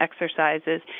exercises